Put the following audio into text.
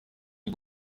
این